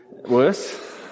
Worse